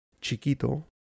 chiquito